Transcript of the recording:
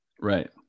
Right